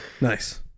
Nice